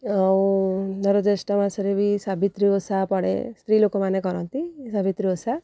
ଆଉ ଧର ଜ୍ୟେଷ୍ଠ ମାସରେ ବି ସାବିତ୍ରୀ ଓଷା ପଡ଼େ ସ୍ତ୍ରୀ ଲୋକମାନେ କରନ୍ତି ସାବିତ୍ରୀ ଓଷା